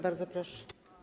Bardzo proszę.